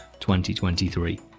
2023